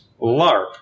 LARP